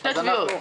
שתי תביעות.